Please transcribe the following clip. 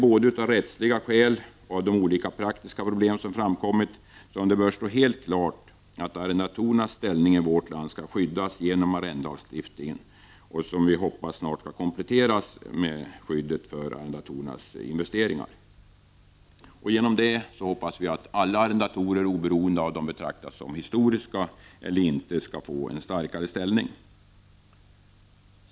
Både av rättsliga skäl och av de olika praktiska skäl som har framkommit bör det stå helt klart att arrendatorernas ställning i vårt land skall skyddas genom arrendelagstiftningen, som vi hoppas snart skall kompletteras med skydd för arrendatorernas investeringar. Genom detta hoppas vi att alla arrendatorer, oberoende av om de betraktas som historiska eller inte, skall få en starkare ställning.